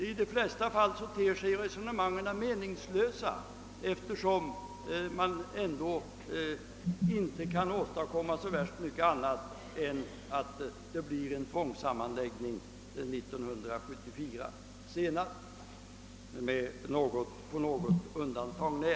I de flesta fall ter sig resonemangen meningslösa, eftersom man inte kan åstadkomma så mycket annat än tvångssammanläggning senast år 1974, på något undantag när.